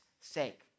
sake